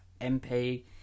MP